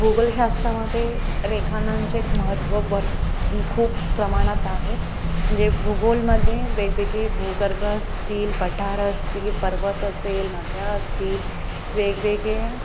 भूगोलशास्त्रामध्ये रेखानांचे महत्त्व भर खूप प्रमाणात आहेत म्हणजे भूगोलामध्ये वेगवेगळे भूगर्भ असतील पठार असतील पर्वत असेल नद्या असतील वेगवेगळ्या